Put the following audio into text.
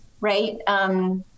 right